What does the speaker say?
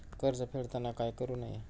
कर्ज फेडताना काय करु नये?